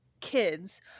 kids